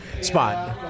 spot